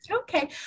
Okay